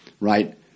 right